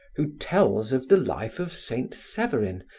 who tells of the life of saint severin,